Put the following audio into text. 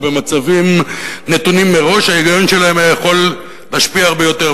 ובמצבים נתונים מראש ההיגיון שלהם היה יכול להשפיע הרבה יותר.